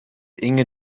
inge